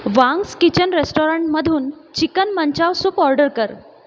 Wang's Kitchen रेस्टॉरंटमधून chicken manchow soup order कर